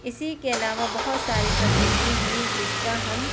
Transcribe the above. اسی کے علاوہ بہت ساری تبدیلی ہوئیں جس کا ہم